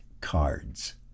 cards